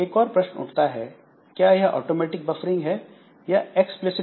एक और प्रश्न उठता है क्या यह ऑटोमेटिक बफरिंग है या एक्सप्लिसिट